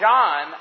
John